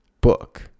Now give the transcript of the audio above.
book